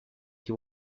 chi